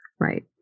Right